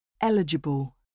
Eligible